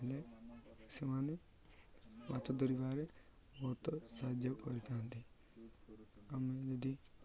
ହେଲେ ସେମାନେ ମାଛ ଧରିବାରେ ବହୁତ ସାହାଯ୍ୟ କରିଥାନ୍ତି ଆମେ ଯଦି